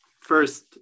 first